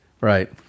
right